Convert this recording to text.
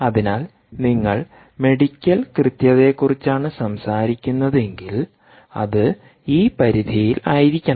അതിനാൽ നിങ്ങൾ മെഡിക്കൽ കൃത്യതയെക്കുറിച്ചാണ് സംസാരിക്കുന്നതെങ്കിൽ അത് ഈ പരിധിയിലായിരിക്കണം